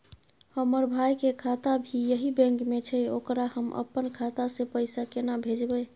हमर भाई के खाता भी यही बैंक में छै ओकरा हम अपन खाता से पैसा केना भेजबै?